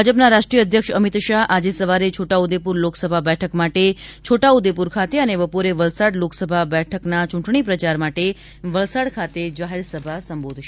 ભાજપના રાષ્ટ્રીય અધ્યક્ષ અમિત શાહ આજે સવારે છોટ્ટા ઉદ્દેપુર લોકસભા બેઠક માટે છોટા ઉદ્દેપૂર ખાતે અને બપોરે વલસાડ લોકસભા બેઠકના ચ્રંટણી પ્રચાર માટે વલસાડ ખાતે જાહેરસભા સંબોધશે